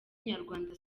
inyarwanda